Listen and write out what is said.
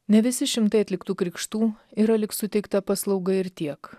ne visi šimtai atliktų krikštų yra lyg suteikta paslauga ir tiek